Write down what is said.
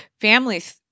families